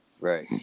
Right